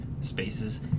Spaces